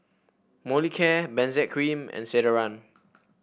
Molicare Benzac Cream and Ceradan